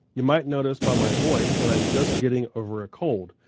you might notice by my voice that i'm just getting over a cold,